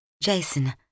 Jason